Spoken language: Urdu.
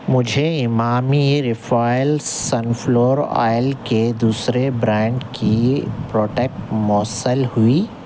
مجھے Emami refined sunflower oil کے دوسرے برانڈ کی پروڈکٹ موصل ہوئی